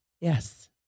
Yes